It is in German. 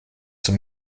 zum